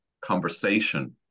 conversation